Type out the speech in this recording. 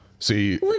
See